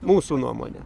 mūsų nuomone